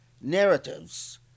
narratives